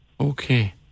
Okay